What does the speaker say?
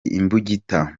imbugita